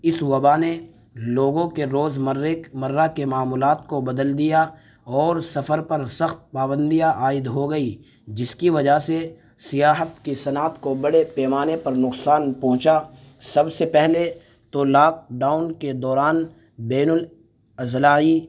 اس وبا نے لوگوں کے روزمرہ مرہ کے معمولات کو بدل دیا اور سفر پر سخت پابندیاں عائد ہو گئیں جس کی وجہ سے سیاحت کی صنعت کو بڑے پیمانے پر نقصان پہنچا سب سے پہلے تو لاک ڈاؤن کے دوران بین الاضلاعی